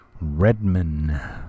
Redman